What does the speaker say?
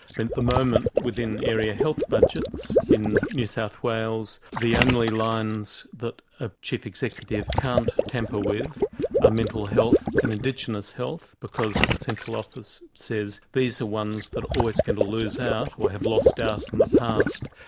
the the moment, within area health budgets, in new south wales, the only lines that a chief executive can't tamper with are ah mental health and indigenous health because central office says these are ones that are always going to lose out, or have lost out in the past,